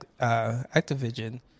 Activision